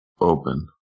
open